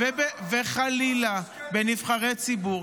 וחלילה בנבחרי ציבור,